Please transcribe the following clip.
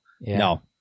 No